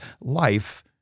life